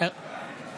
בעד יוליה